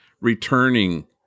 returning